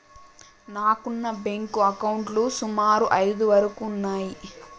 నాకున్న బ్యేంకు అకౌంట్లు సుమారు ఐదు వరకు ఉన్నయ్యి